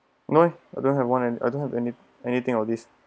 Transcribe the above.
no I don't have one and I don't have any anything or this